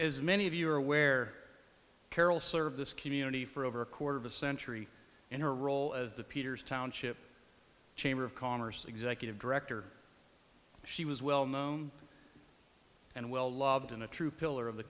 as many of you are aware carol serve this community for over a quarter of a century and her role as the peters township chamber of commerce executive director she was well known and well loved and a true pillar of the